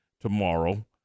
tomorrow